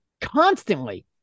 constantly